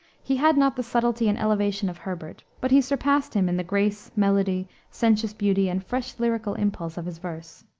he had not the subtlety and elevation of herbert, but he surpassed him in the grace, melody, sensuous beauty, and fresh lyrical impulse of his verse.